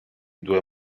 due